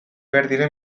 alberdi